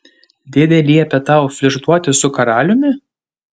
dėdė liepė tau flirtuoti su karaliumi